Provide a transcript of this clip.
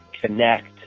connect